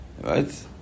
Right